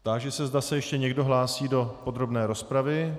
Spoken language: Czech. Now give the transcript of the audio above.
Táži se, zda se ještě někdo hlásí do podrobné rozpravy.